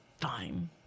fine